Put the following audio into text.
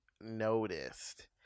noticed